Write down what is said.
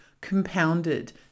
compounded